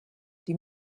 die